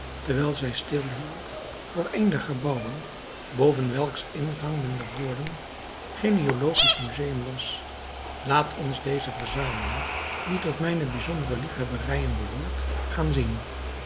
terwijl zij stil hield voor een der gebouwen boven welks ingang men de woorden genealogisch museum las laat ons deze verzameling die tot mijne bijzondere liefhebberijen behoort gaan zien